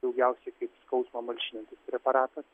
daugiausiai kaip skausmą malšinantis preparatas